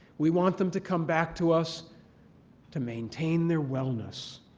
we want them to come back to us to maintain their wellness.